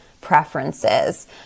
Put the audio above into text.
preferences